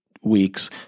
weeks